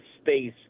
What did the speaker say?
space